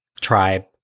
tribe